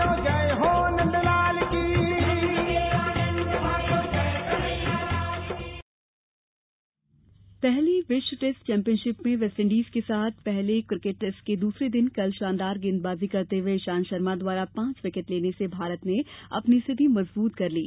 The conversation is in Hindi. किकेट पहली विश्व टैस्ट चैम्पियनशिप में वेस्टइंडीज के साथ पहले क्रिकेट टेस्ट के दूसरे दिन कल शानदार गेंदबाजी करते हुए इशांत शर्मा द्वारा पांच विकेट लेने से भारत ने अपनी स्थिति मजबूत कर ली